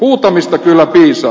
huutamista kyllä piisaa